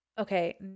Okay